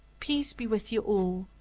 peace be with you all!